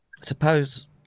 suppose